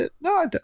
No